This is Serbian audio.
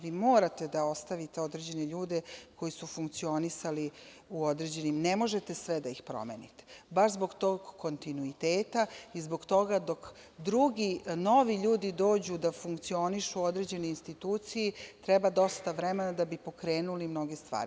Vi morate da ostavite određene ljude koji su funkcionisali u određenim, ne možete sve da ih promenite, baš zbog tog kontinuiteta i zbog toga dok drugi novi ljudi dođu da funkcionišu u određenoj instituciji treba dosta vremena da bi pokrenuli mnoge stvari.